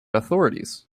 authorities